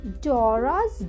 Dora's